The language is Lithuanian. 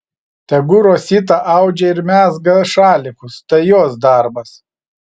tegu rosita audžia ir mezga šalikus tai jos darbas